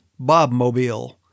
Bobmobile